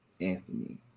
Anthony